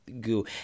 goo